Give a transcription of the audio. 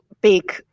big